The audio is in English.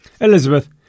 Elizabeth